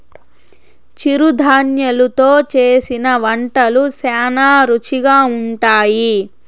చిరుధాన్యలు తో చేసిన వంటలు శ్యానా రుచిగా ఉంటాయి